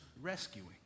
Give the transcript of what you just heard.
rescuing